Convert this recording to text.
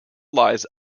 lies